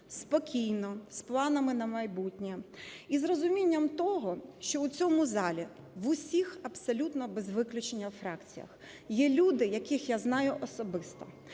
спокійно, з планами на майбутнє і з розумінням того, що у цьому залі в усіх абсолютно без виключення фракціях є люди, яких я знаю особисто